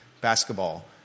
basketball